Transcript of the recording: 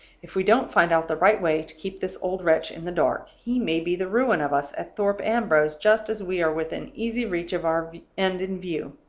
if we don't find out the right way to keep this old wretch in the dark, he may be the ruin of us at thorpe ambrose just as we are within easy reach of our end in view.